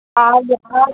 আর ফল